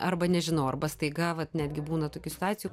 arba nežinau arba staiga vat netgi būna tokių situacijų